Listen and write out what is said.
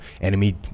enemy